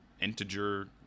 integer